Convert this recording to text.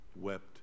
wept